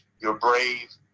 your brave,